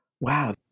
wow